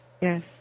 Yes